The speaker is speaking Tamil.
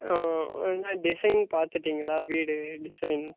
ஆ என்ன டிசைன் பார்த்துட்டீங்களா வீடு டிசைன்